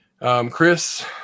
Chris